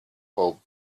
bulb